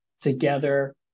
together